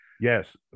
Yes